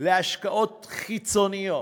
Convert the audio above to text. להשקעות חיצוניות.